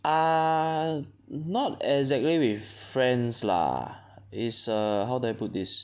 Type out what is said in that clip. err not exactly with friends lah is err how do I put this